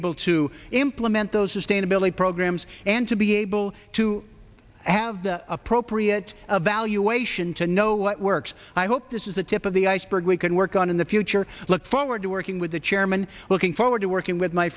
able to implement those sustainability programs and to be able to have the appropriate evaluation to know what works i hope this is the tip of the iceberg we can work on in the future look forward to working with the chairman looking forward to working with my